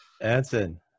Anson